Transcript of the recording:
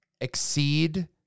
exceed